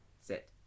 sit